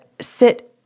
sit